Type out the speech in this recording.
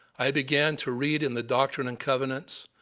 i began to read in the doctrine and covenants,